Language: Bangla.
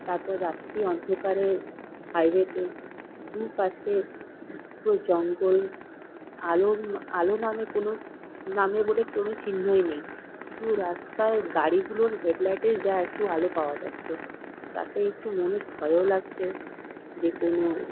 তারপর রাত্রে অন্ধকারে হাইওয়েতে দুপাশে পুরো জঙ্গল আলো আলো নামে কোনো নামে বলে কোনো চিহ্নই নেই শুধু রাস্তার গাড়িগুলোর হেডলাইটেই যা একটু আলো পাওয়া যাচ্ছে তাতে একটু মনে ভয়ও লাগছে যে কোনো